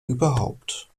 überhaupt